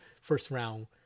first-round